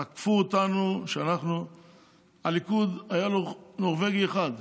תקפו אותנו, ולליכוד היה נורבגי אחד.